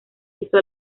hizo